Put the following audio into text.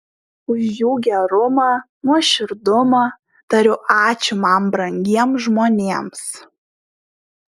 už jų gerumą nuoširdumą tariu ačiū man brangiems žmonėms